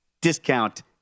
discount